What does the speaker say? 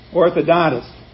orthodontist